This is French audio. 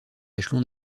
échelon